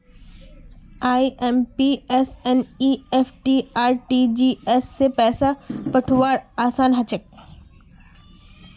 IMPS NEFT RTGS स पैसा पठऔव्वार असान हछेक